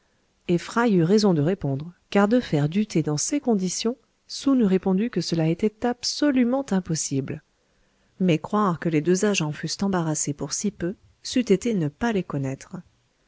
et fry eut raison de répondre car de faire du thé dans ces conditions soun eût répondu que cela était absolument impossible mais croire que les deux agents fussent embarrassés pour si peu c'eût été ne pas les connaître